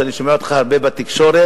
ואני אמרתי להם את זה בתור שר,